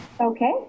Okay